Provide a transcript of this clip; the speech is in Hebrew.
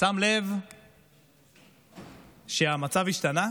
שם לב שהמצב השתנה?